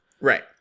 right